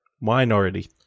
Minority